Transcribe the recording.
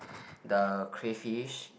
the crawfish